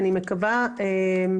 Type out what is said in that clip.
דרך אגב,